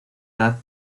edad